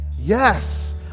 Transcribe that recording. yes